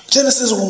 Genesis